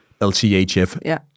LCHF